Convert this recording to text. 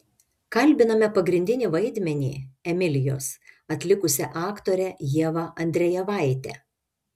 kalbiname pagrindinį vaidmenį emilijos atlikusią aktorę ievą andrejevaitę